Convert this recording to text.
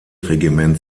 regiment